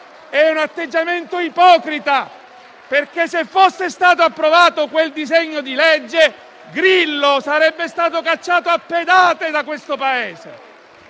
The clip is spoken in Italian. È un atteggiamento ipocrita perché, se fosse stato approvato quel disegno di legge, Grillo sarebbe stato cacciato a pedate da questo Paese.